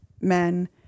men